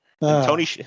Tony